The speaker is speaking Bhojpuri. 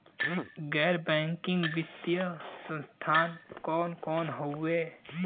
गैर बैकिंग वित्तीय संस्थान कौन कौन हउवे?